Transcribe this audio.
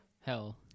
Hell